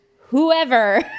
whoever